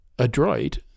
adroit